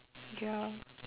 ya